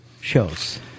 shows